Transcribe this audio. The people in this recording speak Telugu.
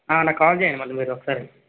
నాకు కాల్ చేయండి మళ్ళీ మీరు ఒకసారి